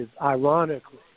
Ironically